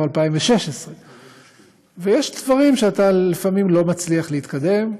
2016. יש דברים שלפעמים אתה לא מצליח להתקדם בהם,